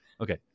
Okay